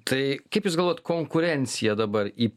tai kaip jūs galvojat konkurencija dabar į